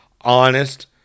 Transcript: honest